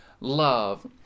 love